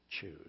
choose